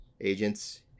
agents